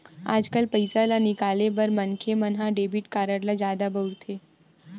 आजकाल पइसा ल निकाले बर मनखे मन ह डेबिट कारड ल जादा बउरथे